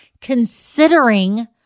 considering